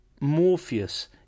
Morpheus